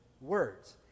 words